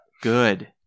Good